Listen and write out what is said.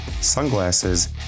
sunglasses